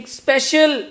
special